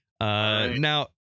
now